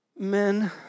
Men